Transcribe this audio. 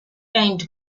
and